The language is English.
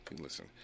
Listen